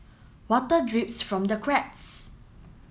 water drips from the cracks